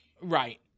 right